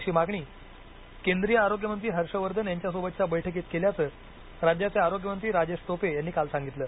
अशी मागणी केंद्रीय आरोग्यमंत्री हर्षवर्धन यांच्या सोबतच्या बैठकीत केल्याचं राज्याचे आरोग्य मंत्री राजेश टोपे यांनी काल सांगितलं